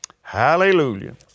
Hallelujah